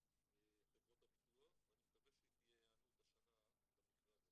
חברות הביטוח ואני מקווה שתהיה הענות השנה למכרז הזה.